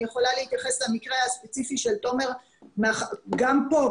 אני יכולה להתייחס למקרה הספציפי של תומר - גם פה,